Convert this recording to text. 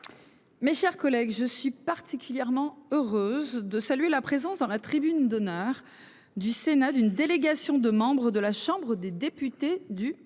Mes chers collègues, je suis particulièrement heureuse de saluer la présence dans la tribune d'honneur du Sénat d'une délégation de membres de la Chambre des députés du Mexique,